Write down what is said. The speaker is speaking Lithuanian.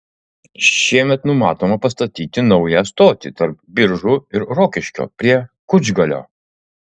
šiemet numatoma pastatyti naują stotį tarp biržų ir rokiškio prie kučgalio